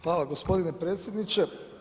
Hvala gospodine predsjedniče.